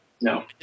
No